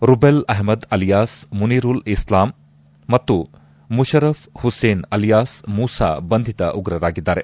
rouble Aflad alias Munirul Islam ಮತ್ತು Mosharaf Hussain alias Musa ಬಂಧಿತ ಉಗ್ರರಾಗಿದ್ದಾರೆ